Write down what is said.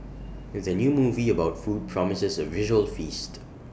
the new movie about food promises A visual feast